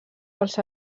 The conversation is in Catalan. pels